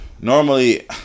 Normally